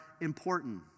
important